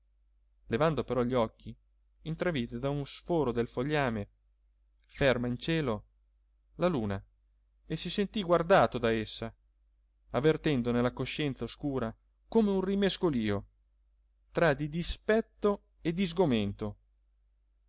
scoperto levando però gli occhi intravide da uno sforo nel fogliame ferma in cielo la luna e si sentì guardato da essa avvertendo nella coscienza oscura come un rimescolio tra di dispetto e di sgomento